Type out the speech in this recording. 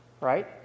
right